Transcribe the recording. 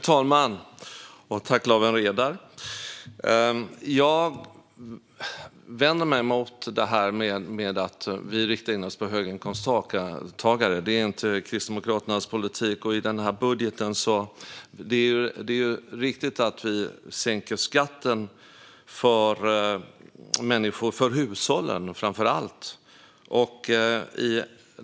Fru talman! Jag vänder mig mot detta att vi riktar oss till höginkomsttagare. Det är inte Kristdemokraternas politik. Det är riktigt att vi i den här budgeten sänker skatten för hushållen, framför allt.